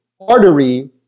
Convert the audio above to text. artery